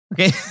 Okay